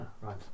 Right